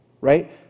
right